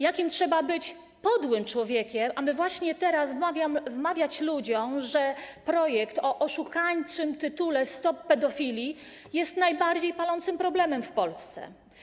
Jakim trzeba być podłym człowiekiem, aby właśnie teraz wmawiać ludziom, że projekt o oszukańczym tytule „Stop pedofilii” jest najbardziej palącym problemem w Polsce?